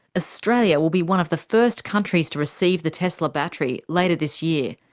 australia will be one of the first countries to receive the tesla battery, later this year.